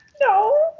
No